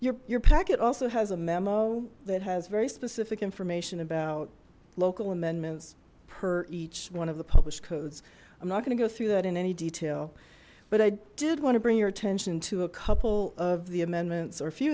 your your packet also has a memo that has very specific information about local amendments per each one of the published codes i'm not going to go through that in any detail but i did want to bring your attention to a couple of the amendments or a few